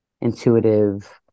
intuitive